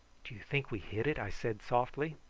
do you think we hit it? i said softly.